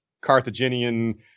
Carthaginian